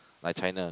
like China